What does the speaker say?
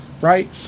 right